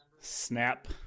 Snap